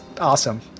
awesome